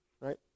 right